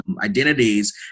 identities